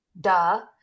duh